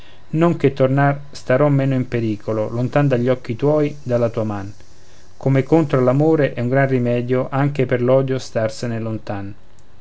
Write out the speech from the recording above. che tornar starò meno in pericolo lontan dagli occhi tuoi dalla tua man come contro all'amore è un gran rimedio anche per l'odio starsene lontan